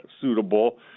suitable